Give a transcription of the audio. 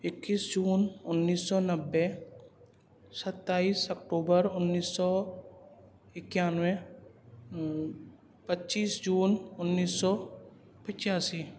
اکیس جون انیس سو نبھے ستائیس اکتوبر انیس سو اکیانوے پچیس جون انیس سو پچاسی